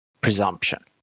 presumption